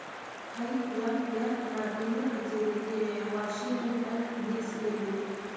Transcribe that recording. IMF ನಾ ಕೇಂದ್ರ ಕಚೇರಿಗೆ ವಾಷಿಂಗ್ಟನ್ ಡಿ.ಸಿ ಎಲ್ಲಿದೆ